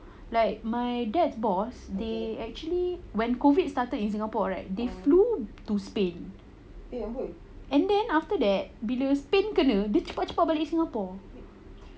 like my dad boss they actually when COVID started in singapore right they flew to spain and then after that bila spain kena dia cepat cepat balik ke singapore